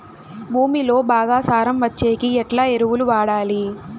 భూమిలో బాగా సారం వచ్చేకి ఎట్లా ఎరువులు వాడాలి?